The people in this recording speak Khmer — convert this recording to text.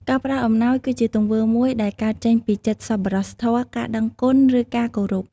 ការផ្ដល់អំណោយ គឺជាទង្វើមួយដែលកើតចេញពីចិត្តសប្បុរសធម៌ ការដឹងគុណ ឬការគោរព។